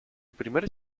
primer